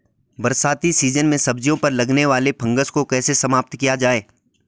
बरसाती सीजन में सब्जियों पर लगने वाले फंगस को कैसे समाप्त किया जाए?